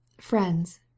friends